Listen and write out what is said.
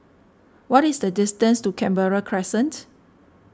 what is the distance to Canberra Crescent